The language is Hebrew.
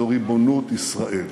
זו ריבונות ישראל.